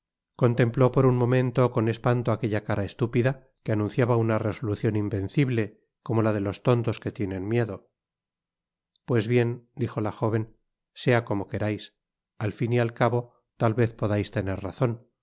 contempló por un momento con espanto aquella cara estúpida que anunciaba una resolucion invencible como la de los tontos que tienen miedo pues bien dijo la jóven sea como querais al fin y al cabo tal vez podais tener razon